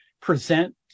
present